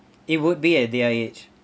it would be at their age